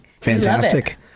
Fantastic